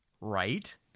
right